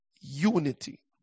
unity